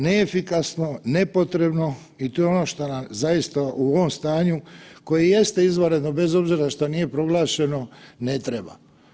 Neefikasno, nepotrebno i to je ono što nam zaista u ovom stanju koje jeste izvanredno bez obzira što nije proglašeno ne treba.